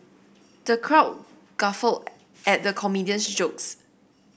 the crowd guffawed at the comedian's jokes